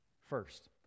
First